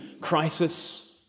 crisis